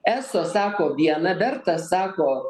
eso sako viena verta sako